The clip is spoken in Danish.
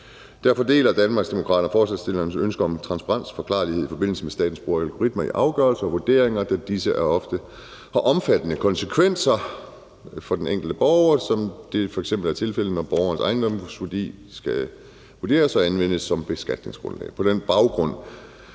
Derfor deler Danmarksdemokraterne forslagsstillernes ønske om transparens og forklarlighed i forbindelse med statens brug af algoritmer i afgørelser og vurderinger, da disse ofte har omfattende konsekvenser for den enkelte borger, som det f.eks. er tilfældet, når borgernes ejendomsværdi skal vurderes og anvendes som beskatningsgrundlag.